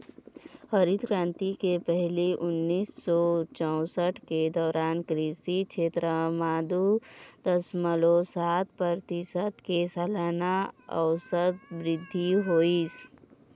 हरित करांति के पहिली उन्नीस सौ चउसठ के दउरान कृषि छेत्र म दू दसमलव सात परतिसत के सलाना अउसत बृद्धि होइस